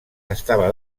estava